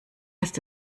ist